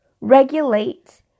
regulate